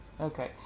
Okay